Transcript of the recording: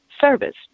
service